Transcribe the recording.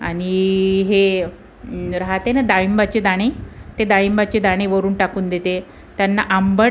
आणि हे राहते ना डाळिंबाचे दाणे ते डाळिंबाचे दाणे वरून टाकून देते त्यांना आंबट